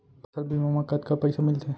फसल बीमा म कतका पइसा मिलथे?